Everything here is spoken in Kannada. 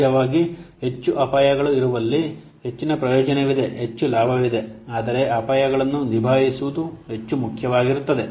ಸಹಜವಾಗಿ ಹೆಚ್ಚು ಅಪಾಯಗಳು ಇರುವಲ್ಲಿ ಹೆಚ್ಚಿನ ಪ್ರಯೋಜನವಿದೆ ಹೆಚ್ಚು ಲಾಭವಿದೆ ಆದರೆ ಅಪಾಯಗಳನ್ನು ನಿಭಾಯಿಸುವುದು ಹೆಚ್ಚು ಮುಖ್ಯವಾಗಿರುತ್ತದೆ